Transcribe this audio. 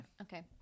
okay